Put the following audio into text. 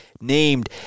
Named